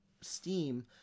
Steam